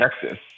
Texas